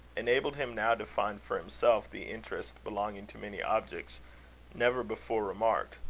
enabled him now to find for himself the interest belonging to many objects never before remarked.